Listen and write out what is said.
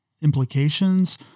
implications